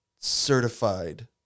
certified